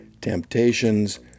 temptations